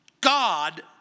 God